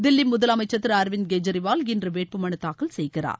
தில்லிமுதலமைச்சர் திருஅரவிந்த் கெஜ்ரிவால் இன்றுவேட்பு மனுதாக்கல் செய்கிறார்